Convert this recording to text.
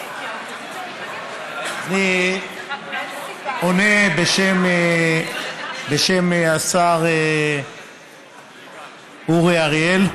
אני עונה בשם השר אורי אריאל.